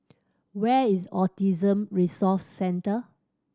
where is Autism Resource Centre